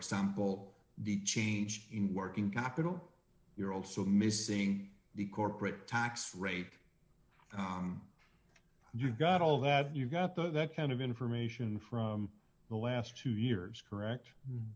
example the change in working capital you're also missing the corporate tax rate and you've got all that you've got that kind of information from the last two years correct